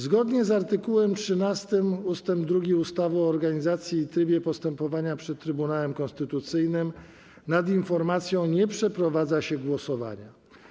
Zgodnie z art. 13 ust. 2 ustawy o organizacji i trybie postępowania przed Trybunałem Konstytucyjnym nad informacją nie przeprowadza się głosowania.